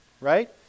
right